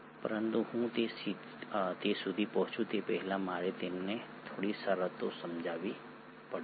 પરંતુ હું તે સુધી પહોંચું તે પહેલાં મારે તમને થોડી શરતો સમજાવવી પડશે